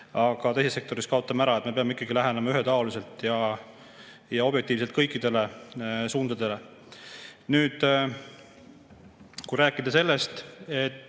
aga teises sektoris kaotame need ära. Me peame ikkagi lähenema ühetaoliselt ja objektiivselt kõikidele suundadele. Nüüd sellest, et